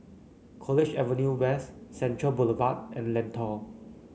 College Avenue West Central Boulevard and Lentor